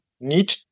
need